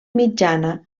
mitjana